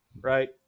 right